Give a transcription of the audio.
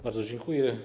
Bardzo dziękuję.